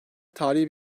tarihi